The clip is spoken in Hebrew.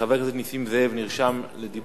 (תיקון מס' 4). חבר הכנסת נסים זאב נרשם לדיבור,